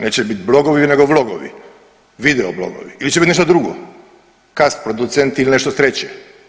Neće bit blogovi nego vlogovi, video blogovi ili će biti nešto drugo castproducenti ili nešto treće.